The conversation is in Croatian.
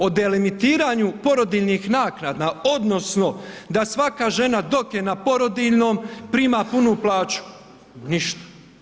O delimitiranju porodiljnih naknada odnosno da svaka žena dok je na porodiljnom prima punu plaću, ništa.